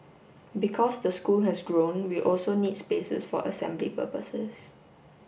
because the school has grown we also need spaces for assembly purposes